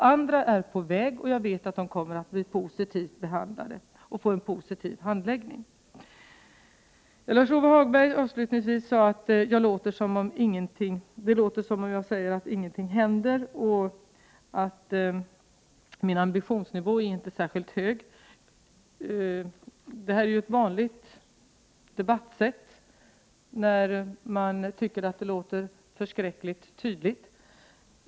Andra är på väg att föras dit, och jag vet att handläggningen kommer att bli positiv. Lars-Ove Hagberg sade att det låter som om jag anser att ingenting händer, och att min ambition inte är särskilt hög. Det där är ju ett vanligt sätt att debattera på när man tycker att någonting låter mycket tydligt.